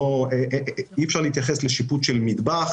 אי אפשר להתייחס לשיפוץ של מטבח